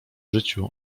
życiu